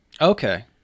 Okay